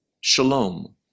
Shalom